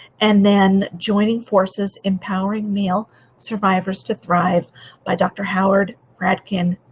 and then joining forces empowering male survivors to thrive by dr howard fradkin.